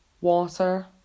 water